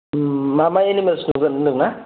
मा मा एनिमेल्स नुगोन होनदों ना